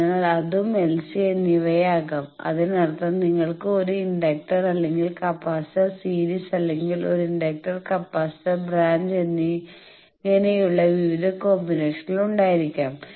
അതിനാൽ അതും L C എന്നിവയാകാം അതിനർത്ഥം നിങ്ങൾക്ക് ഒരു ഇൻഡക്റ്റർ അല്ലെങ്കിൽ കപ്പാസിറ്റർ സീരീസ് അല്ലെങ്കിൽ ഒരു ഇൻഡക്ടർ കപ്പാസിറ്റർ ബ്രാഞ്ച് എന്നിങ്ങനെയുള്ള വിവിധ കോമ്പിനേഷനുകൾ ഉണ്ടായിരിക്കാം